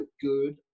good